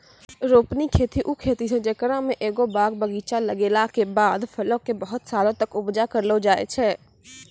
रोपनी खेती उ खेती छै जेकरा मे एगो बाग बगीचा लगैला के बाद फलो के बहुते सालो तक उपजा करलो जाय छै